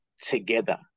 together